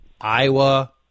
Iowa